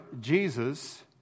Jesus